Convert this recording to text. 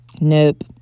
Nope